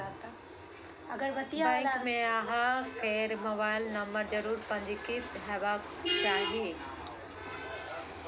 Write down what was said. bank मे अहां केर मोबाइल नंबर जरूर पंजीकृत हेबाक चाही